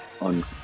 on